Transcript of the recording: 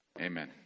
Amen